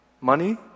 money